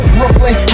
Brooklyn